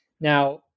Now